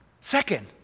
Second